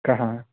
कः